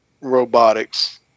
robotics